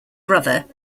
brother